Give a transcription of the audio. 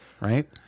Right